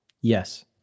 Yes